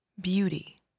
Beauty